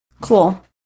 Cool